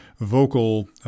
vocal